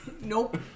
Nope